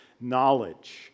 knowledge